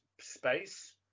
space